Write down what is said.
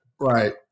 right